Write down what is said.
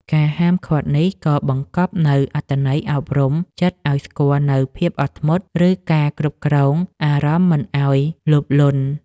ការហាមឃាត់នេះក៏បង្កប់នូវអត្ថន័យអប់រំចិត្តឱ្យស្គាល់នូវភាពអត់ធ្មត់ ឬការគ្រប់គ្រងអារម្មណ៍មិនឱ្យលោភលន់។